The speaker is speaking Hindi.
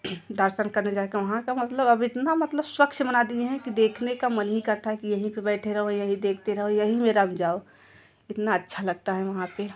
दर्शन करने जाके वहाँ का मतलब अब इतना मतलब स्वच्छ बना दिए हैं कि देखने का मन ही करता कि यहीं पे बैठे रहो यहीं देखते रहो यहीं में रंग जाओ इतना अच्छा लगता है वहाँ पे